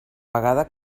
vegada